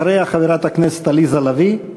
אחריה, חברי הכנסת עליזה לביא,